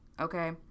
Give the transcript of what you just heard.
okay